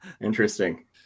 Interesting